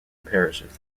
parishes